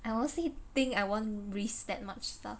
I honestly think I won't risk that much stuff